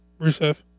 Rusev